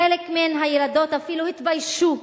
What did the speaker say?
חלק מן הילדות אפילו התביישו,